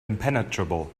impenetrable